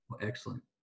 Excellent